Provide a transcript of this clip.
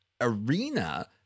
arena